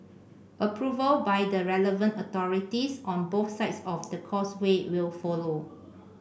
approval by the relevant authorities on both sides of the Causeway will follow